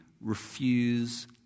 refuse